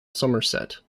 somerset